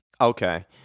Okay